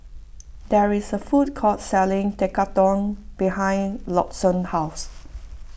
there is a food court selling Tekkadon behind Lawson's house